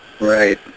Right